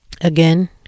Again